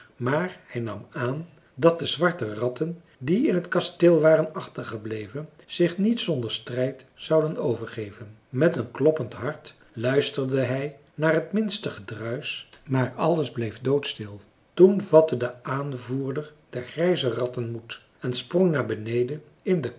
maar hij nam aan dat de zwarte ratten die in het kasteel waren achtergebleven zich niet zonder strijd zouden overgeven met een kloppend hart luisterde hij naar het minste gedruisch maar alles bleef doodstil toen vatte de aanvoerder der grijze ratten moed en sprong naar beneden in den